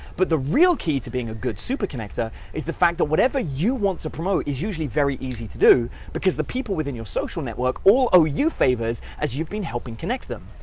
but the real key to being a good super connector is the fact that whatever you want to promote is usually very easy to do because the people within your social network all owe you favors, as you've been helping connect them.